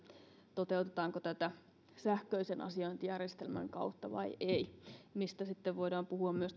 toteutetaanko tätä sähköisen asiointijärjestelmän kautta vai ei mistä sitten voidaan puhua myös